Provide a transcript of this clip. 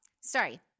sorry